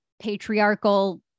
patriarchal